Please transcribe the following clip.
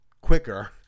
Quicker